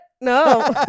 No